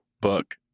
book